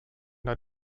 der